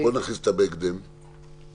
מעצם טבעם של הליכים